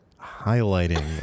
highlighting